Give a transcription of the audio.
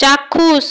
চাক্ষুষ